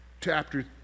chapter